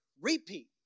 repeat